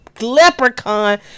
leprechaun